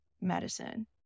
medicine